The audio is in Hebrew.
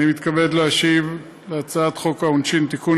אני מתכבד להשיב על הצעת חוק העונשין (תיקון,